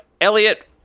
Elliot